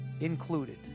included